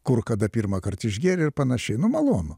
kur kada pirmąkart išgėrė ir panašiai nu malonu